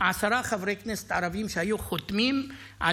עשרה חברי כנסת ערבים שהיו חותמים על